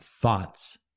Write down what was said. thoughts